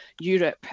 europe